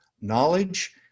knowledge